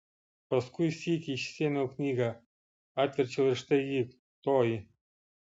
paskui sykį išsiėmiau knygą atverčiau ir štai ji toji